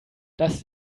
das